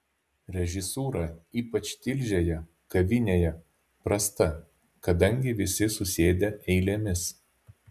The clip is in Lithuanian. režisūra ypač tilžėje kavinėje prasta kadangi visi susėdę eilėmis